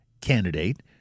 candidate